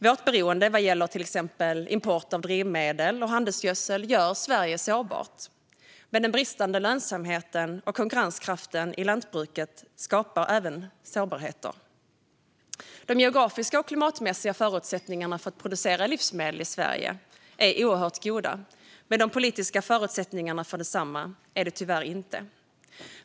Vårt beroende av import av till exempel drivmedel och handelsgödsel gör Sverige sårbart. Men även den bristande lönsamheten och konkurrenskraften i lantbruket skapar sårbarheter. De geografiska och klimatmässiga förutsättningarna för att producera livsmedel i Sverige är oerhört goda, men de politiska förutsättningarna för detsamma är det tyvärr inte.